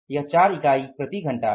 यह 4 इकाई प्रति घंटा है